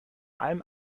allem